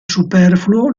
superfluo